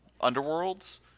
underworlds